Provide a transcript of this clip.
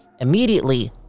immediately